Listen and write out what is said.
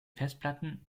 festplatten